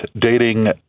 dating